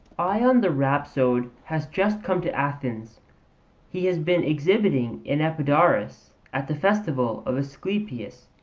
ion the rhapsode has just come to athens he has been exhibiting in epidaurus at the festival of asclepius,